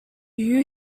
you